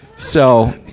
so,